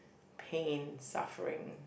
pain suffering